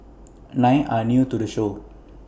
nine are new to the show